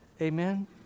Amen